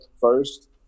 first